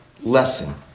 lesson